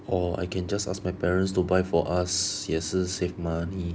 or I can just ask my parents to buy for us 也是 save money